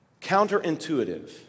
counterintuitive